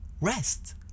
rest